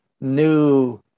new